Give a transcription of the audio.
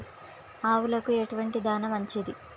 ఆవులకు ఎలాంటి దాణా మంచిది?